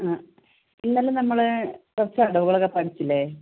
അ ഇന്നലെ നമ്മൾ കുറച്ച് അടവുകളൊക്കെ പഠിച്ചില്ലേ